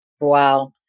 Wow